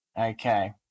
Okay